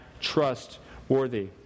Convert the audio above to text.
trustworthy